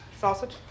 Sausage